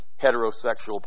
heterosexual